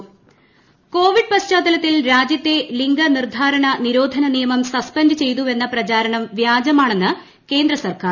വ്യാജ വാർത്ത കോവിഡ് പശ്ചാത്തലത്തിൽ രാജ്യത്തെ ലിംഗ നിർധാരണ നിരോധന നിയമം സസ്പെന്റ് ചെയ്തുവെന്ന പ്രചാരണം വ്യാജമാണെന്ന് കേന്ദ്ര സർക്കാർ